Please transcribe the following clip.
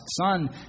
Son